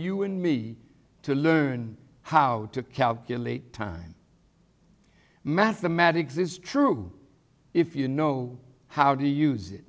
you and me to learn how to calculate time mathematics is true if you know how to use it